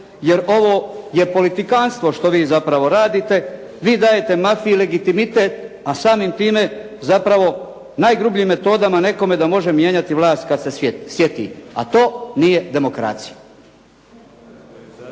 jer ovo je politikanstvo što vi zapravo radite. Vi dajete mafiji legitimitet, a samim time zapravo najgrubljim metodama nekome da može mijenjati vlast kad se sjeti, a to nije demokracija.